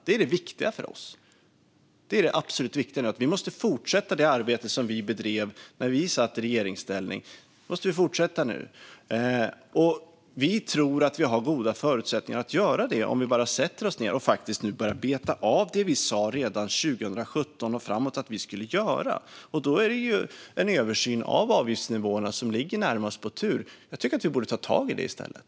Det är det viktiga för oss. Det är det absolut viktigaste nu. Vi måste fortsätta det arbete som vi bedrev när vi satt i regeringsställning, och vi tror att vi har goda förutsättningar att göra det om vi bara sätter oss ned och faktiskt börjar beta av det vi sa redan 2017 och framåt att vi skulle göra. Då är det en översyn av avgiftsnivåerna som är närmast på tur. Jag tycker att vi borde ta tag i det i stället.